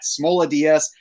SmolaDS